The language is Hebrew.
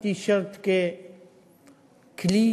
טי-שירט ככלי